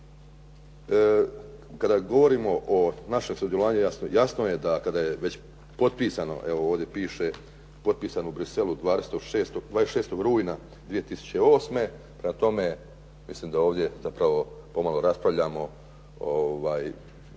kada govorimo o našem sudjelovanju, jasno je da kada je već potpisano evo ovdje piše potpisano u Bruxellesu 26. rujna 2008. Prema tome, mislim da ovdje zapravo pomalo raspravljamo izvan